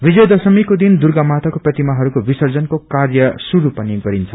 विजयी दश्रमीको दिन दुर्गा माताको प्रतिमाहरूको विर्सजनको कार्य श्रुरू पनि गरिन्छ